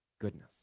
goodness